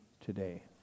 today